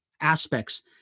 aspects